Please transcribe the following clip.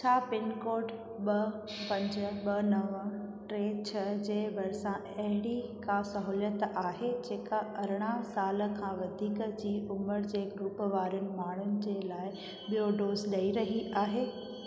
छा पिनकोड ॿ पंज ॿ नव टे छ्ह जे भरिसां अहिड़ी का सहूलियत आहे जेका अरड़हां साल खां वधीक जी उमिरि जे ग्रुप वारनि माण्हुनि जे लाइ बि॒यों डोज़ ॾई रही आहे